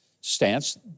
stance